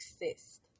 exist